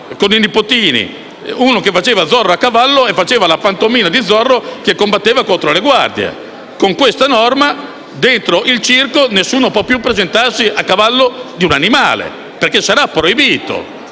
con i nipotini ho visto uno che faceva la pantomima di Zorro mentre combatte a cavallo contro le guardie. Con questa norma, dentro il circo, nessuno può più presentarsi a cavallo di un animale, perché sarà proibito.